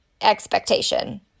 expectation